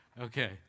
Okay